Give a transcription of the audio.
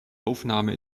aufnahme